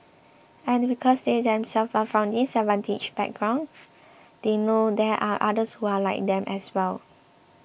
and because they themselves are from disadvantaged backgrounds they know there are others who are like them as well